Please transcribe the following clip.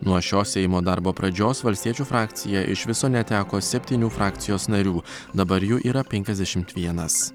nuo šios seimo darbo pradžios valstiečių frakcija iš viso neteko septynių frakcijos narių dabar jų yra penkiasdešimt vienas